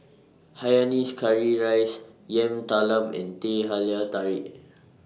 Hainanese Curry Rice Yam Talam and Teh Halia Tarik